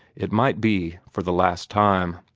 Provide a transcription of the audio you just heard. it might be for the last time.